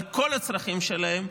אבל כל הצרכים שלהם,